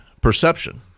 Perception